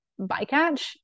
bycatch